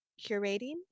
curating